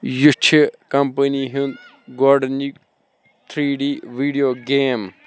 یہِ چھِ کَمپٔنی ہُنٛد گۄڈٕنِکۍ تھرٛی ڈی ویٖڈیو گیم